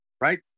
right